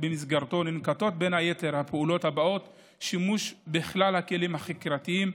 ובמסגרתו ננקטות בין היתר הפעולות האלה: שימוש בכלל הכלים החקירתיים,